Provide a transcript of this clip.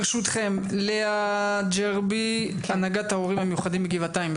ברשותכם לאה ג'רבי הנהגת ההורים המיוחדים מגבעתיים,